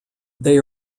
they